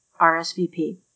RSVP